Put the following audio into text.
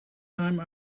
time